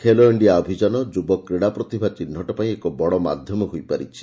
ଖେଲୋ ଇଛିଆ ଅଭିଯାନ ଯୁବ କ୍ରୀଡ଼ା ପ୍ରତିଭା ଚିହ୍ନଟ ପାଇଁ ଏକ ବଡ ମାଧ୍ଧମ ହୋଇପାରିଛି